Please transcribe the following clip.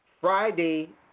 Friday